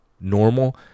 normal